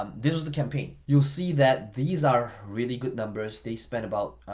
um this was the campaign. you'll see that these are really good numbers. they spent about